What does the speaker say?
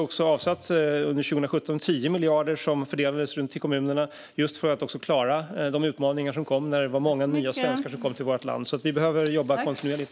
Under 2017 avsatte vi 10 miljarder som fördelades till kommunerna just för att klara de utmaningar som uppstod när det var många nya svenskar som kom till vårt land. Vi behöver jobba kontinuerligt.